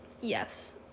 Yes